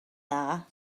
dda